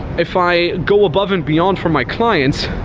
if i go above and beyond for my clients,